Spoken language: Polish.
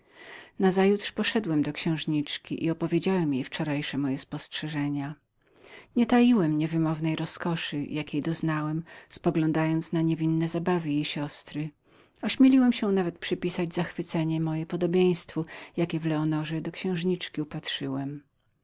nazajutrz poszedłem do księżniczki i opowiedziałem jej wczorajsze moje spostrzeżenia nie taiłem niewymownej roskoszy jakiej doznałem poglądając na niewinne zabawy jej siostry ośmieliłem się nawet przypisać zachwycenie moje podobieństwu jakie w leonorze do księżniczki upatrzyłem